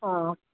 ꯑꯣ